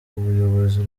ubuyobozi